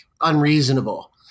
unreasonable